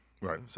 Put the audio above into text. right